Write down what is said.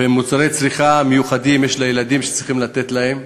ויש מוצרי צריכה מיוחדים שצריכים לתת לילדים.